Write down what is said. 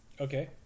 Okay